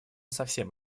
совсем